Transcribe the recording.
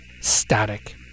static